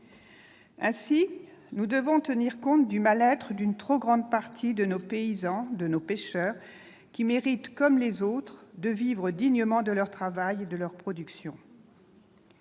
Ainsi, nous devons tenir compte du mal-être d'une trop grande partie de nos paysans et de nos pêcheurs, qui méritent comme les autres de vivre dignement de leur travail et de leur production.